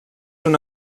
una